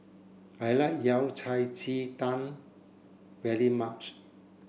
I like Yao Cai Ji Tang very much